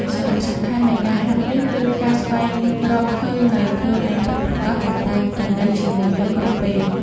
សារៈសំខាន់នៃការហាត់នេះ គឺការស្វែងរកឃើញនូវខ្លួនឯងពិតប្រាកដ ដែលតែងតែនៅជាមួយយើងគ្រប់ពេល។